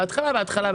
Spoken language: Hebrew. בהתחלה,